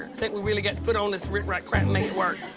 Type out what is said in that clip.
think we really got to put on this rickrack crap and make it work.